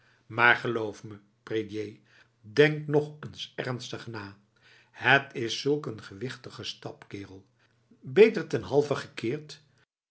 maar geloof me prédier denk nog eens ernstig na het is zulk een gewichtige stap kerel beter ten halve gekeerd